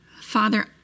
Father